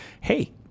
hey